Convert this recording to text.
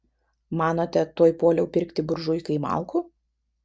manote tuoj puoliau pirkti buržuikai malkų